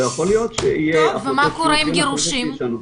ומה קורה עם גירושין?